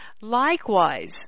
Likewise